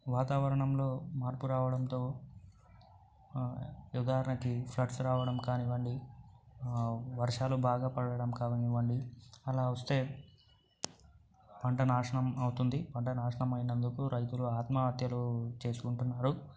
వాతావరణంలో మార్పు రావడంతో ఉదాహరణకి ఫ్లడ్స్ రావడం కానివ్వండి వర్షాలు బాగా పడటం కావనివ్వండి అలా వస్తే వంట నాశనం అవుతుంది పంట నాశనం అయినందుకు రైతులు ఆత్మహత్యలు చేసుకుంటున్నారు